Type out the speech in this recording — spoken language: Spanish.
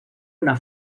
una